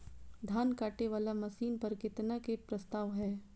धान काटे वाला मशीन पर केतना के प्रस्ताव हय?